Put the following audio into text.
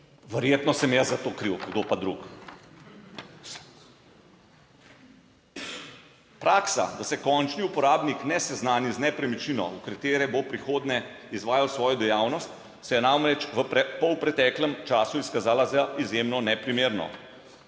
verjetno sem jaz za to kriv, kdo pa drug. Praksa, da se končni uporabnik ne seznani z nepremičnino, v kateri bo v prihodnje izvajal svojo dejavnost, se je namreč v polpreteklem času izkazala za izjemno neprimerno.